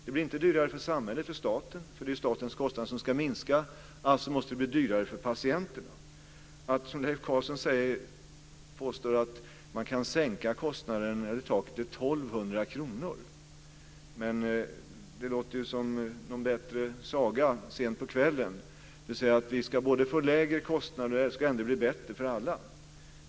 Det blir inte dyrare för samhället, för staten, därför att det är ju statens kostnader som ska minska; alltså måste det bli dyrare för patienterna. Att, som Leif Carlson påstår, man kan sänka taket till 1 200 kr låter som en bättre saga sent på kvällen. Vi ska alltså få lägre kostnader, men det ska ändå bli bättre för alla.